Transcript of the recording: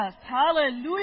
Hallelujah